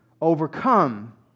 overcome